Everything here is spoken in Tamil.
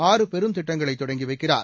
ஆறு பெரும் திட்டங்களை தொடங்கி வைக்கிறார்